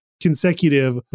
consecutive